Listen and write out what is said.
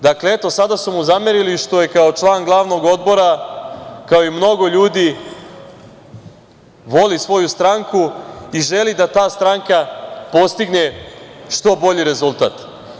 Dakle, eto, sada su mu zamerili što kao član glavnog odbora, kao i mnogo ljudi, voli svoju stranku i želi da ta stranka postigne što bolji rezultat.